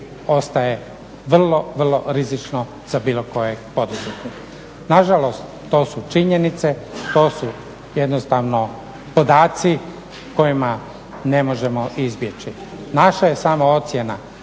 ostaje vrlo, vrlo rizično za bilo kojeg poduzetnika. Nažalost to su činjenice, to su jednostavno podaci kojima ne možemo izbjeći. Naša je samo ocjena